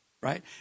right